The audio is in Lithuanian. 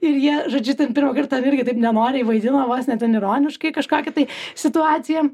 ir jie žodžiu ten pirmą kartą irgi taip nenoriai vaidino vos ne ten ironiškai kažkokią tai situaciją